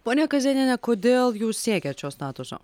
ponia kazėniene kodėl jūs siekiat šio statuso